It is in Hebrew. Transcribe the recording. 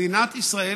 מדינת ישראל